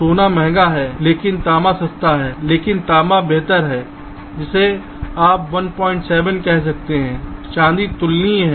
सोना महंगा है लेकिन तांबा सस्ता है लेकिन तांबा बेहतर है जिसे आप 17 कह सकते हैं चांदी तुलनीय है